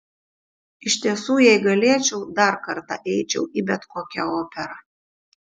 iš tiesų jei galėčiau dar kartą eičiau į bet kokią operą